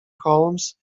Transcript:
holmes